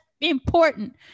important